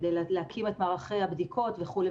כדי להקים את מערכי הבדיקות וכו'.